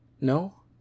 No